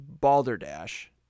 Balderdash